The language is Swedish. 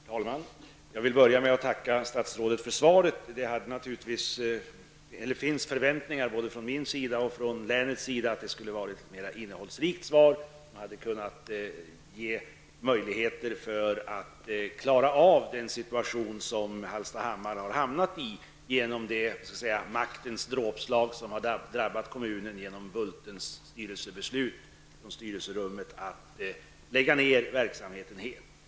Herr talman! Jag vill börja med att tacka statsrådet för svaret. Det fanns naturligtvis både hos mig och hos andra företrädare för länet förväntningar om ett mer innehållsrikt svar, ett svar som innebar möjligheter att klara av den situation som Hallstahammar har hamnat i genom det maktens dråpslag som har drabbat kommunen i och med Bultens styrelsebeslut att helt lägga ned verksamheten.